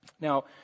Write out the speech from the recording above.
Now